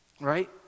right